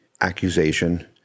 accusation